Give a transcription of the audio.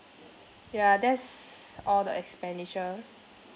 ya that's all the expenditure